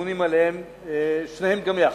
הממונים עליהם, שניהם גם יחד.